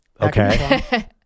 Okay